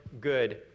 good